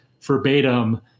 verbatim